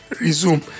resume